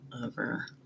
over